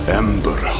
ember